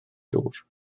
dŵr